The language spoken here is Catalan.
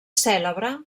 cèlebre